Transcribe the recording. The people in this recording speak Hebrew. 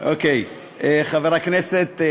חברי הכנסת,